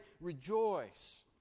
rejoice